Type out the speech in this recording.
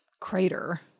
crater